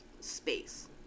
space